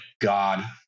God